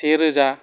से रोजा